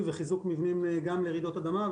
וחיזוק מבנים גם נגד רעידות אדמה,